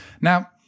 Now